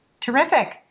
Terrific